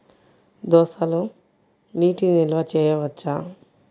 దోసలో నీటి నిల్వ చేయవచ్చా?